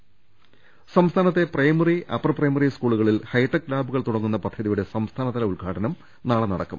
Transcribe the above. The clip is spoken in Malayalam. ഹൈടെക് ലാബ് സംസ്ഥാനത്തെ പ്രൈമറി അപ്പർ പ്രൈമറി സ്കൂളുകളിൽ ഹൈടെക് ലാബുകൾ തുടങ്ങുന്ന പദ്ധതിയുടെ സംസ്ഥാനതല ഉദ്ഘാടനം നാളെ നടക്കും